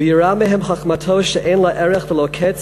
ויראה מהם חוכמתו שאין לה ערך ולא קץ,